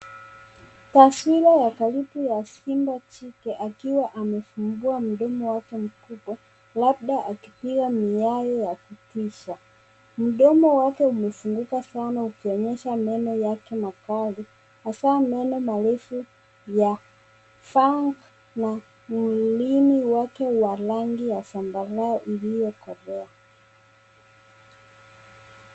Taswira ya karibu ya simba jike akiwa amefungua mdomo wake mkubwa labda akipiga miaye ya kutisha. Mdomo wake umefunguka sana ukionyesha meno yake makali hasa meno marefu ya fang na mwilini wake wa rangi ya zambarau iliyokolea.